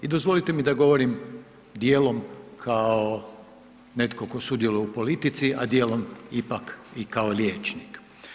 I dozvolite mi da govorim dijelom kao netko tko sudjeluje u politici, a dijelom ipak i kao liječnik.